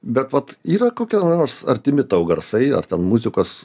bet vat yra kokie nors artimi tau garsai ar ten muzikos